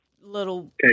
little